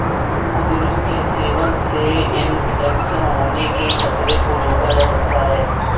कुंदरू के सेवन से इन्फेक्शन होने के खतरे को रोका जा सकता है